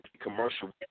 commercial